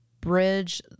bridge